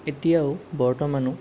এতিয়াও বৰ্তমানো